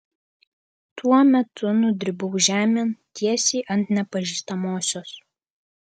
tuo metu nudribau žemėn tiesiai ant nepažįstamosios